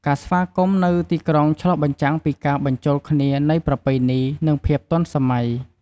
ការស្វាគមន៍នៅទីក្រុងឆ្លុះបញ្ចាំងពីការបញ្ចូលគ្នានៃប្រពៃណី និងភាពទាន់សម័យ។